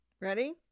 Ready